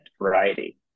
variety